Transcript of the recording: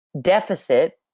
deficit